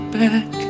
back